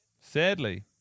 Sadly